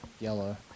yellow